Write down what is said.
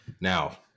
Now